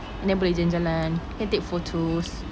and then boleh jalan-jalan can take photos